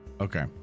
Okay